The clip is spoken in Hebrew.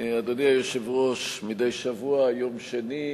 אדוני היושב-ראש, מדי שבוע, יום שני,